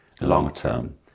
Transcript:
long-term